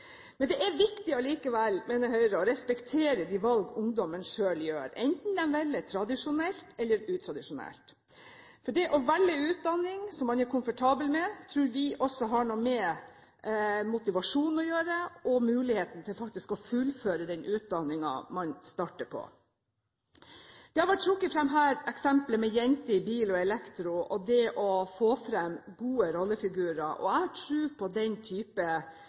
Men det er viktig likevel, mener Høyre, å respektere de valg ungdommen selv gjør, enten de velger tradisjonelt eller utradisjonelt. Det å velge utdanning som man er komfortabel med, tror vi også har noe med motivasjon å gjøre og muligheten til faktisk å fullføre den utdanningen man starter på. Det har vært trukket fram eksempler med «Jenter i bil og elektro» og det å få fram gode rollefigurer. Jeg har tro på den